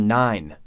nine